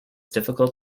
difficult